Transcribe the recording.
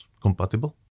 compatible